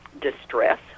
distress